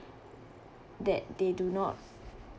that they do not